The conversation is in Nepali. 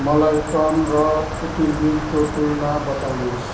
मलाई ट्रम्प र पुटिनबिचको तुलना बताउनुहोस्